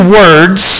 words